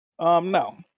No